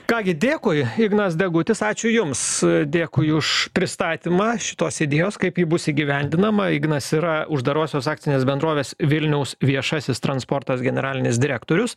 ką gi dėkui ignas degutis ačiū jums dėkui už pristatymą šitos idėjos kaip ji bus įgyvendinama ignas yra uždarosios akcinės bendrovės vilniaus viešasis transportas generalinis direktorius